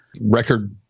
Record